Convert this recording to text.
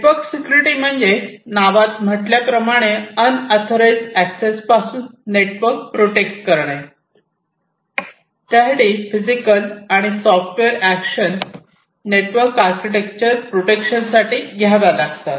network security म्हणजे नावात म्हटल्याप्रमाणे अन्ऑथोराइझ एक्सेस पासून नेटवर्क प्रोटेक्ट करणे त्यासाठी फिजिकल आणि software action network architecture protection साठी घ्याव्या लागतात